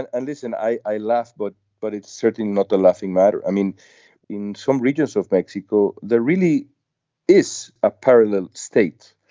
and listen i i last but but it's certainly not a laughing matter. i mean in some regions of mexico there really is a parallel state.